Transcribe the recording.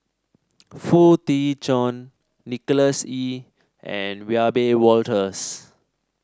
Foo Tee Jun Nicholas Ee and Wiebe Wolters